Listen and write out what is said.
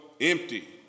Empty